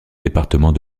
département